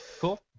Cool